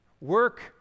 Work